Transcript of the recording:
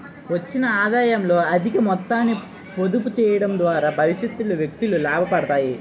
వచ్చిన ఆదాయంలో అధిక మొత్తాన్ని పొదుపు చేయడం ద్వారా భవిష్యత్తులో వ్యక్తులు లాభపడతారు